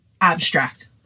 abstract